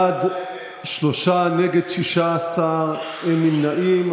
שלושה, נגד, 16, אין נמנעים.